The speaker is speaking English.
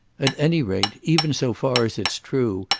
at any rate, even so far as it's true,